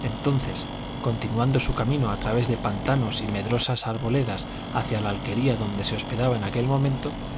entonces continuando su camino a través de pantanos y medrosas arboledas hacia la alquería donde se hospedaba en aquel momento